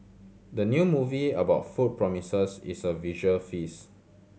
the new movie about food promises is a visual feast